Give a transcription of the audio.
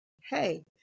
hey